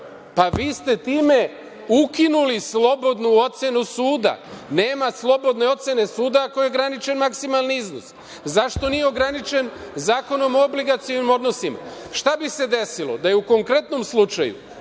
Pa, vi ste time ukinuli slobodnu ocenu suda. Nema slobodne ocene suda ako je ograničen maksimalan iznos. Zašto nije ograničen Zakonom o obligacionim odnosima? Šta bi se desilo da je u konkretnom slučaju